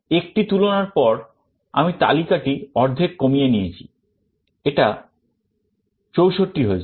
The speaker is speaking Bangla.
একটি তুলনার পর আমি তালিকাটি অর্ধেক কমিয়ে নিয়েছি এটা 64 হয়েছে